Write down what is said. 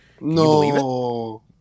No